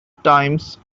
times